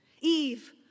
Eve